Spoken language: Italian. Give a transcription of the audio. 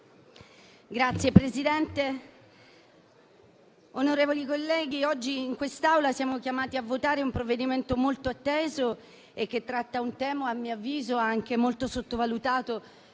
Signora Presidente, onorevoli colleghi, oggi in quest'Aula siamo chiamati a votare un provvedimento molto atteso, che tratta un tema, a mio avviso, molto sottovalutato.